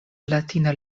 latina